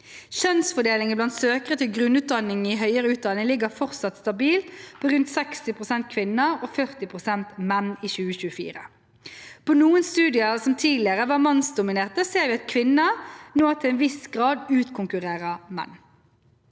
Kjønnsfordelingen blant søkere til grunnutdanninger i høyere utdanning ligger fortsatt stabilt på rundt 60 pst. kvinner og 40 pst. menn i 2024. På noen studier som tidligere var mannsdominerte, ser vi at kvinner nå til en viss grad utkonkurrerer menn.